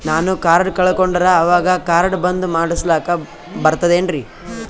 ನಾನು ಕಾರ್ಡ್ ಕಳಕೊಂಡರ ಅವಾಗ ಕಾರ್ಡ್ ಬಂದ್ ಮಾಡಸ್ಲಾಕ ಬರ್ತದೇನ್ರಿ?